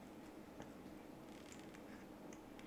that's a lot of ands